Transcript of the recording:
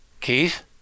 Keith